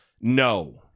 no